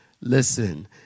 Listen